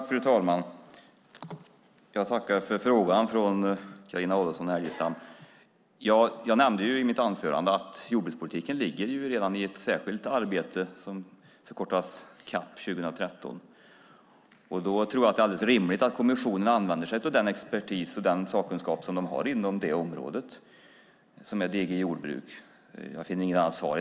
Fru talman! Jag tackar för frågan från Carina Adolfsson Elgestam. Jag nämnde i mitt anförande att jordbrukspolitiken finns redan i ett särskilt arbete som förkortas CAP 2013. Jag tror att det är alldeles rimligt att kommissionen använder sig av den expertis och den sakkunskap som de har inom området, det vill säga GD Jordbruk. Jag finner inget annat svar.